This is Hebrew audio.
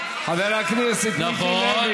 אתמול נאמר,